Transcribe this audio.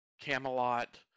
Camelot